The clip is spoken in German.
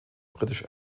british